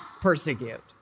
persecute